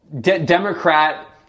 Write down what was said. Democrat